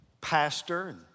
pastor